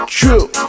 true